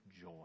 joy